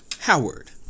Howard